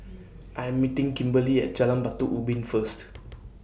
I'm meeting Kimberley At Jalan Batu Ubin First